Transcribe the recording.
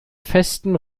festen